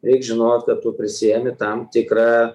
reik žinot ką tu prisiimi tam tikrą